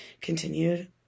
continued